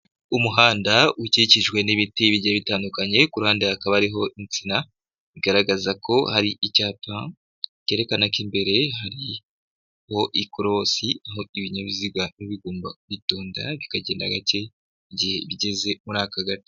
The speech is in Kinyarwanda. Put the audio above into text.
Umuhanda ukikijwe n'ibiti bige bitandukanye ku ruhande hakaba hariho insina bigaragaza ko hari icyapa kerekana ko imbere hariho ikorosi, aho ibinyabiziga bigomba kwitonda bikagenda gake igihe bigeze muri aka gace.